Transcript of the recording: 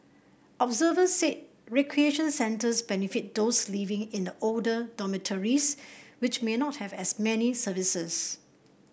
observers said recreation centres benefit those living in the older dormitories which may not have as many services